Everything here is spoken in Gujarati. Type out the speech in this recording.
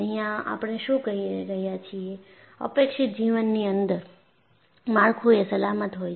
અહીંયા આપણે શું કહી રહ્યા છીએ અપેક્ષિત જીવનની અંદર માળખું એ સલામત હોય છે